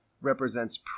represents